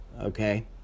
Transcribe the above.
okay